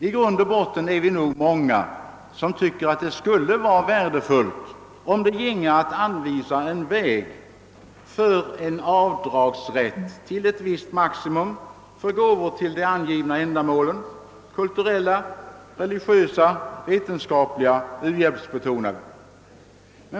I grund och botten är vi nog många som anser att det skulle vara värdefullt om det ginge att anvisa en väg till avdragsrätt till ett visst maximum för gåvor till de angivna ändamålen: kulturella, religiösa, u-hjälpsbetonade.